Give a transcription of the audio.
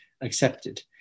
accepted